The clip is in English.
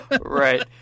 right